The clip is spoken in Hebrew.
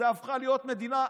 זו הפכה להיות מדינה,